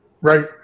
Right